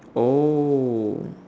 oh